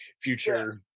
future